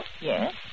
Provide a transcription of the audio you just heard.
Yes